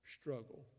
struggle